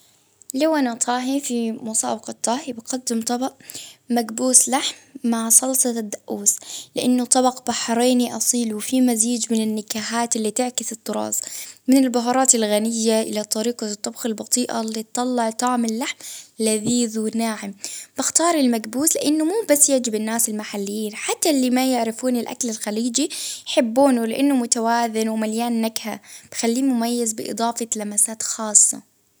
لو أنا هاطي في مسابقة طاهي بقدم طبق مدبوس لحم مع صلصة الدؤوب، لإنه طبق بحريني أصيل وفيه مزيج من النكهات اللي بتعطي في التراث من البهارات الغنية، إلى الطريقة للطبخ البطيئة اللي تطلع طعم اللحم لذيذ وناعم، بختار المكبوس لإنه مو بس يعجب الناس المحليين، حتى اللي ما يعرفون الأكل الخليجي يحبونه ،لإنه متوازن ومليان نكهة، تخليه مميز بإضافة لمسات خاصة.